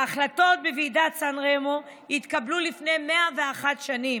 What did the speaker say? ההחלטות בוועידת סן רמו התקבלו לפני 101 שנים,